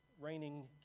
reigning